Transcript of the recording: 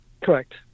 Correct